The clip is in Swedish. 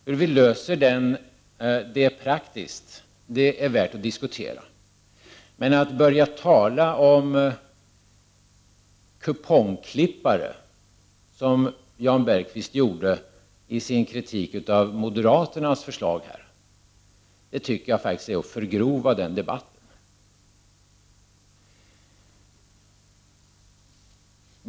Hur vi löser detta praktiskt är värt att diskutera, men att börja tala om kupongklippare, som Jan Bergqvist gjorde i sin kritik av moderaternas förslag, tycker jag faktiskt är att förgrova debatten.